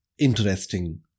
interesting